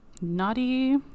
Naughty